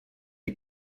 die